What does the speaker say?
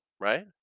right